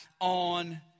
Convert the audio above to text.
on